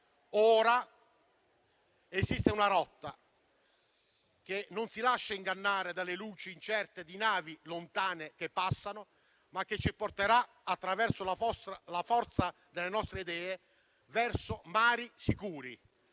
ora esiste una rotta che non si lascia ingannare dalle luci incerte di navi lontane che passano, ma che, attraverso la forza delle nostre idee, ci porterà verso mari sicuri.